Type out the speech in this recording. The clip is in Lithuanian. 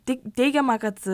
tik teigiama kad